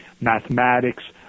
mathematics